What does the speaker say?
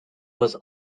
was